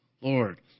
Lord